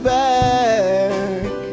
back